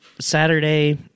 Saturday